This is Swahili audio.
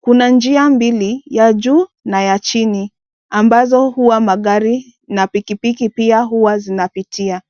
Kuna njia mbili ya juu na ya chini ambazo huwa magari na pikipiki pia huwa zinapitia.